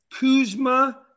Kuzma